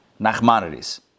Nachmanides